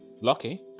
lucky